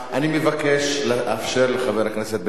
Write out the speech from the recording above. אני מבקש לאפשר לחבר הכנסת בן-ארי לסיים.